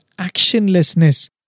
actionlessness